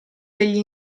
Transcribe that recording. degli